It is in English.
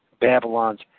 Babylon's